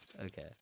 Okay